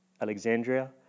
Alexandria